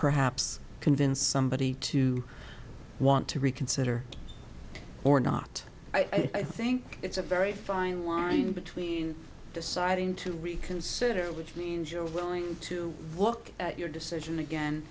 perhaps convince somebody to want to reconsider or not i think it's a very fine line between deciding to reconsider which means you're willing to look at your decision again